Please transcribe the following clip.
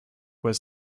was